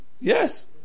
yes